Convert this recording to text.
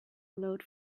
glowed